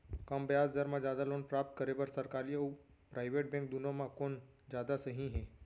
कम ब्याज दर मा जादा लोन प्राप्त करे बर, सरकारी अऊ प्राइवेट बैंक दुनो मा कोन जादा सही हे?